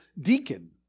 deacon